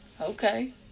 Okay